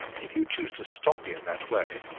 if you choose to stop me in that way